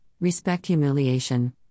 respect-humiliation